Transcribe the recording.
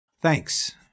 Thanks